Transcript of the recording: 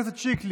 כץ,